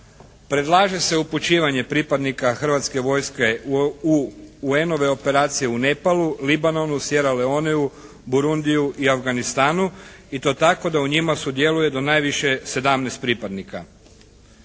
Predlaže se upućivanje pripadnika Hrvatske vojske u UN-ove operacije u Nepalu, Libanonu, Sierra Leoneu, Burundiju i Afganistanu i to tako da u njima sudjeluje do najviše 17 pripadnika.